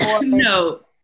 no